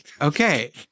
Okay